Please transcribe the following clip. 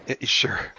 Sure